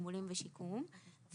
תגמולים ושיקום,